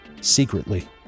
secretly